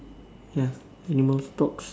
ya animal dogs